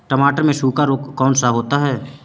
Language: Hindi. टमाटर में सूखा रोग कौन सा होता है?